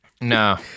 no